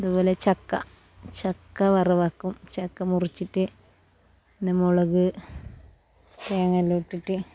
അതുപോലെ ചക്ക ചക്ക വറുവാക്കും ചക്ക മുറിച്ചിറ്റ് പിന്നെ മുളക് തേങ്ങെല്ലാം ഇട്ടിറ്റ്